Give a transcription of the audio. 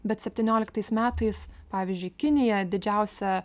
bet septynioliktais metais pavyzdžiui kinija didžiausia